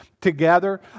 together